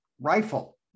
rifle